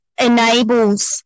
enables